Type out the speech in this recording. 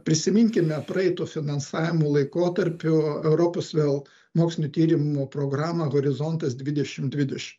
prisiminkime praeito finansavimo laikotarpiu europos vėl mokslinių tyrimų programą horizontas dvidešimt dvidešim